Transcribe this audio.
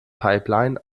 pipeline